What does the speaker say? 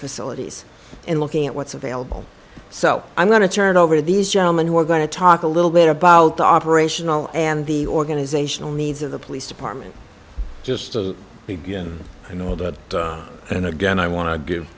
facilities and looking at what's available so i'm going to turn over these gentlemen who are going to talk a little bit about the operational and the organizational needs of the police department just to begin you know that and again i want to give